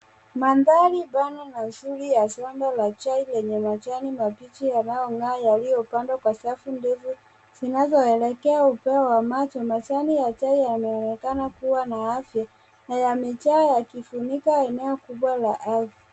Mandhari pana na uzuri wa shamba la chai lenye majani mabichi yanayongaa yaliyopandwa kwa safu ndefu zinazoelekea upeo wa macho, majani ya chai yameonekana kua na afya na yamejaa yakifunika eneo kubwa la ardhi.